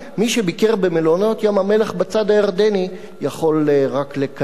מי שביקר במלונות ים-המלח בצד הירדני יכול רק לקנא.